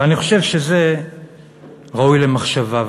ואני חושב שזה ראוי למחשבה.